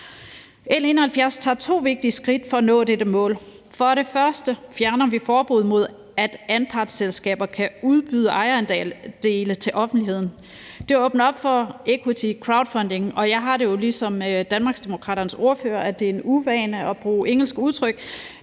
L 71 tager vi to vigtige skridt for at nå dette mål. For det første fjerner vi forbuddet mod, at anpartsselskaber kan udbyde ejerandele til offentligheden. Det åbner op for equity crowdfunding, og jeg har det jo ligesom Danmarksdemokraternes ordfører, altså at det er en uvane at bruge engelske udtryk,